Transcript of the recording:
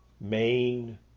main